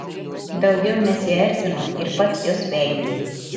daugiau nesierzino ir pats jos vengė